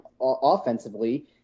offensively